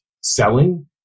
selling